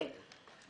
כן.